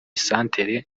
santere